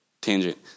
Tangent